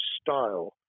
style